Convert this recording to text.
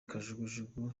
kajugujugu